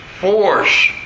force